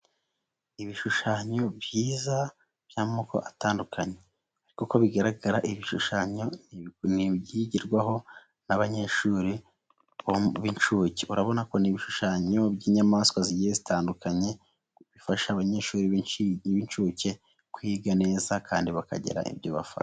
Ibishushanyo biza by'amoko atandukanye kuko bigaragara ibishushanyo ni ibyigirwaho n'abanyeshuri b'inshuke, urabona ko n'ibishushanyo by'inyamaswa zigiye zitandukanye, bifasha abanyeshuri b'incuke, kwiga neza kandi bakagira ibyo bafata.